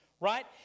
right